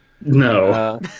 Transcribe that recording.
No